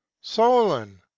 solon